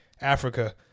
Africa